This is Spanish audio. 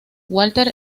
walter